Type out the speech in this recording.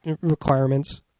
requirements